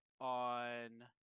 on